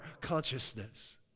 consciousness